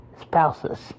spouses